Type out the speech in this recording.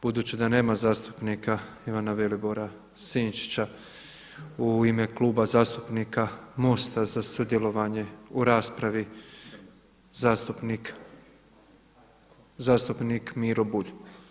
Budući da nema zastupnika Ivana Vilibora Sinčića u ime Kluba zastupnika MOST-a za sudjelovanje u raspravi zastupnik Miro Bulj.